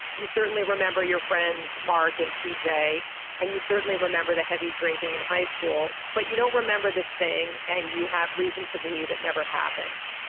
you certainly remember your friends mark and pj and you certainly remember the heavy drinking in high school. but you don't remember this thing and you have reason to believe it never happened.